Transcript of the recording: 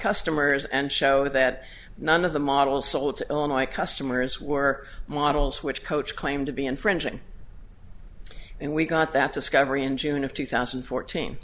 customers and show that none of the models sold on my customers were models which coach claimed to be infringing and we got that discovery in june of two thousand and fourteen